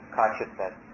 consciousness